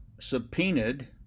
subpoenaed